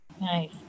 Nice